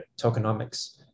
tokenomics